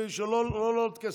שלא עולות כסף.